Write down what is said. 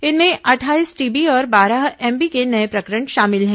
इनमें अटठाईस टीबी और बारह एमबी के नये प्रकरण शामिल हैं